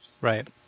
Right